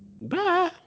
Bye